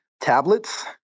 tablets